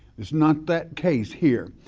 it's not that case here.